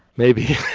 maybe.